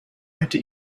hätte